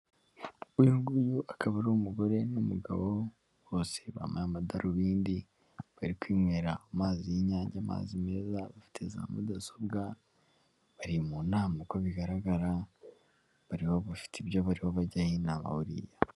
Uyu nguyu akaba ari umugore n'umugabo bose bambaye amadarubindi, bari kwinywera amazi y'inyange amazi meza, bafite za mudasobwa bari mu nama uko bigaragara, bari bafite ibyo bariho bajya inama buriya.